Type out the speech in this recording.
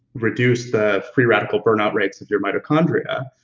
reduce the free radical burnout rates of your mitochondria,